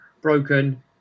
broken